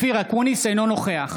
אינו נוכח